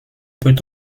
peut